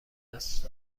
است